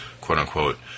quote-unquote